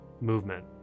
movement